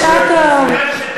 זו שעת הבדיחותא.